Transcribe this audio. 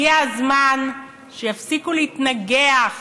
הגיע הזמן שיפסיקו להתנגח